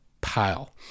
pile